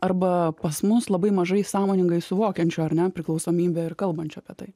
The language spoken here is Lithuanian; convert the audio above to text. arba pas mus labai mažai sąmoningai suvokiančių ar ne priklausomybę ir kalbančių apie tai